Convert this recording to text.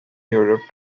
europe